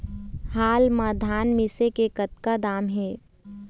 हाल मा धान मिसे के कतका दाम हे?